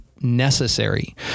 necessary